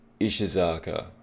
Ishizaka